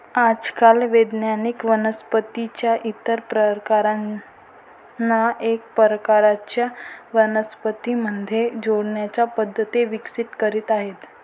आजकाल वैज्ञानिक वनस्पतीं च्या इतर प्रकारांना एका प्रकारच्या वनस्पतीं मध्ये जोडण्याच्या पद्धती विकसित करीत आहेत